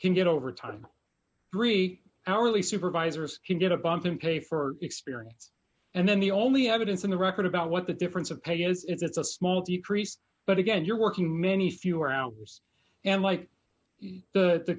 can get overtime three hour early supervisors can get a bump in pay for experience and then the only evidence on the record about what the difference of pay is if it's a small decrease but again you're working many fewer hours and like the